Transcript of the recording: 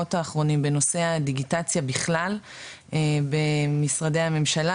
בשבועות האחרונים בנושא הדיגיטציה בכלל במשרדי הממשלה